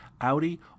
Audi